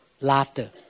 laughter